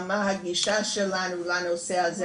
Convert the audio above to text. מה הגישה שלנו לנושא הזה,